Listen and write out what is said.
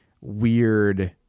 weird